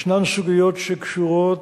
ישנן סוגיות שקשורות,